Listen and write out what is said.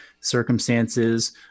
circumstances